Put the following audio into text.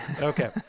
Okay